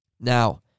Now